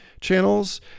channels